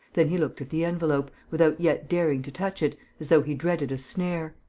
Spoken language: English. then he looked at the envelope, without yet daring to touch it, as though he dreaded a snare.